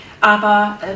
Aber